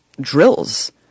drills